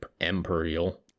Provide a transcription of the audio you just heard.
imperial